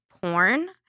porn